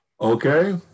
Okay